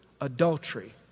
adultery